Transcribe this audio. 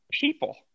people